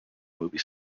movie